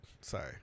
Sorry